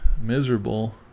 miserable